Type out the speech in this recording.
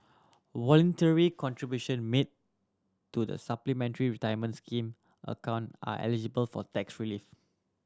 voluntary contribution made to the Supplementary Retirement Scheme account are eligible for tax relief